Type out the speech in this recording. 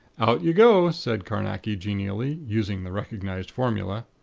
out you go! said carnacki, genially, using the recognized formula.